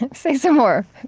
and say some more.